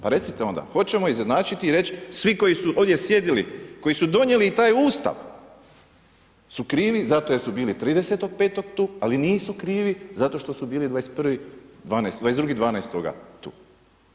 Pa recite onda, hoćemo izjednačiti i reći svi koji su ovdje sjedili, koji su donijeli i taj Ustav su krivi zato jer su bili 30.5. tu, ali nisu krivi zato što su bili 22. 12. tu.